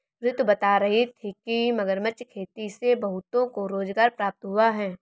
रितु बता रही थी कि मगरमच्छ खेती से बहुतों को रोजगार प्राप्त हुआ है